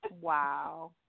Wow